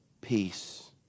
Peace